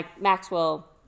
Maxwell